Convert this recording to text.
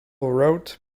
wrote